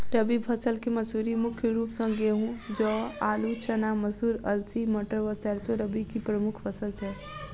रबी फसल केँ मसूरी मुख्य रूप सँ गेंहूँ, जौ, आलु,, चना, मसूर, अलसी, मटर व सैरसो रबी की प्रमुख फसल छै